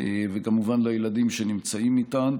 כמובן גם לילדים שנמצאים איתן,